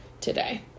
today